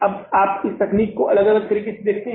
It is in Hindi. अब आप तकनीक को अलग अलग तरीके से देखते हैं